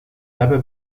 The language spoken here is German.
dabei